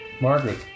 Margaret